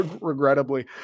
regrettably